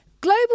global